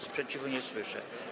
Sprzeciwu nie słyszę.